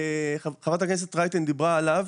חברת הכנסת רייטן דיברה עליו,